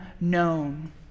known